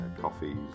Coffees